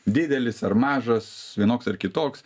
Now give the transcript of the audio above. didelis ar mažas vienoks ar kitoks